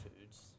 foods